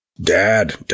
Dad